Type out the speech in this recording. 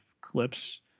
clips